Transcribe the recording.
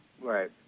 Right